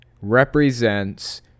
represents